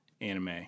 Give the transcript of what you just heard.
anime